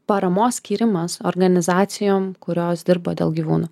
paramos skyrimas organizacijom kurios dirba dėl gyvūnų